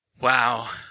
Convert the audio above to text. Wow